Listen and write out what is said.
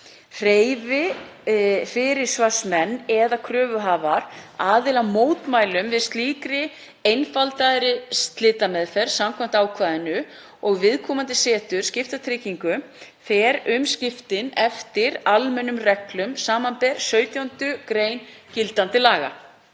Hreyfi fyrirsvarsmenn eða kröfuhafar aðila mótmælum við slíkri einfaldaðri slitameðferð samkvæmt ákvæðinu og viðkomandi setur skiptatryggingu, fara umskiptin eftir almennum reglum, samanber 17. gr. gildandi laga.